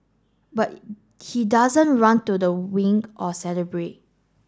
but he doesn't run to the wing or celebrate